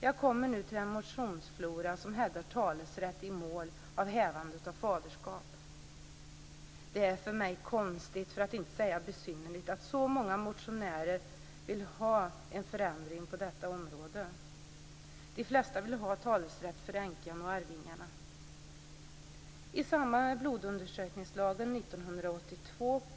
Jag kommer nu till den motionsflora som hävdar talerätt i mål om hävande av faderskap. Det är för mig konstigt för att inte säga besynnerligt att så många motionärer vill ha en förändring på detta område. De flesta vill ha talerätt för änkan och arvingarna.